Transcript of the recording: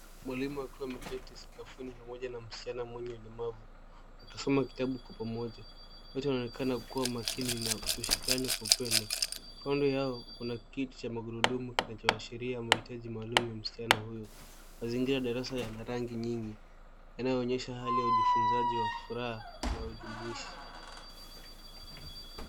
Mwalimu akiwa ameketi sakafuni pamoja na msichana mwenye ulemavu akisoma kitabu kwa pamoja. Wote wanaonekana kuwa makini na kushirikiana kwa upendo kando yao kuna kiti cha magurudumu kinacho ashiria mahitaji maalum ya msichana huyu. Mazingira ya darasa yana rangi nyingi yanayoonyesha hali ya ujifunzaji ya furaha na ujumuishi.